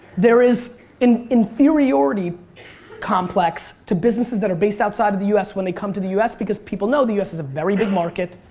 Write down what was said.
there is inferiority complex to businesses that are based outside of the us when they come to the us because people know the us is a very big market,